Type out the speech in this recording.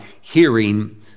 hearing